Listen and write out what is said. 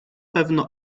pewno